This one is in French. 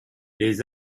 les